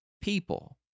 people